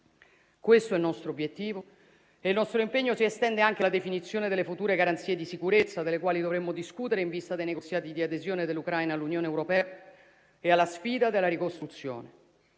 Questo è il nostro obiettivo. Il nostro impegno si estende anche alla definizione delle future garanzie di sicurezza, delle quali dovremmo discutere in vista dei negoziati di adesione dell'Ucraina all'Unione europea e della sfida della ricostruzione.